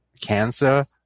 cancer